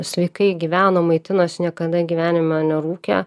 sveikai gyveno maitinosi niekada gyvenime nerūkė